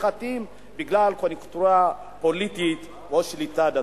הלכתיים בגלל קוניונקטורה פוליטית או שליטה דתית.